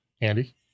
andy